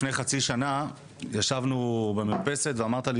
לפני חצי שנה ישבנו במרפסת ואמרת לי